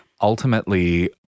Ultimately